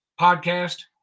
podcast